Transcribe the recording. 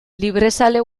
librezale